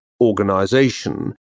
organization